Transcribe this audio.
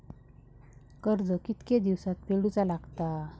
कर्ज कितके दिवसात फेडूचा लागता?